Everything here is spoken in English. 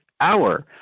hour